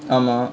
ஆமா:aamaa